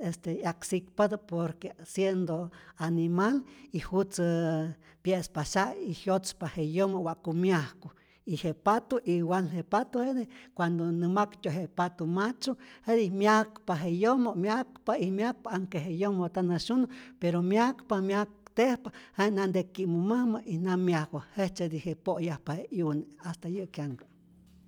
este 'yak sikpatä por que siendo animal y jutzä pye'spa syay y jyotzpa je yoma ja'ku wa'ku myajku y je patu igual je patu jete cuando nä maktyo' je patu macho jetij myakpa je yomo, myakpa y myakpa anhke je yomo' nta nyä syunu pero myakpa, myaktejpa jenä' nante ki'mu mäjmä y nam myajku, jejtzyeti je po'yajpa je 'yune, hasta yä'kyanhkä.